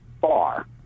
far